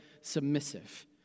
submissive